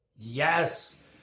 Yes